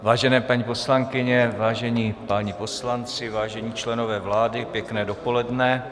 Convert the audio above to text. Vážené paní poslankyně, vážení páni poslanci, vážení členové vlády, pěkné dopoledne.